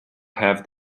have